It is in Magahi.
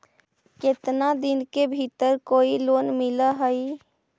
केतना दिन के भीतर कोइ लोन मिल हइ?